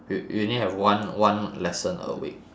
we we only have one one lesson a week